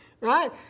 Right